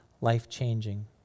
life-changing